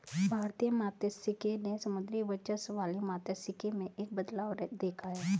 भारतीय मात्स्यिकी ने समुद्री वर्चस्व वाली मात्स्यिकी में एक बदलाव देखा है